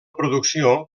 producció